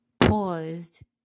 Paused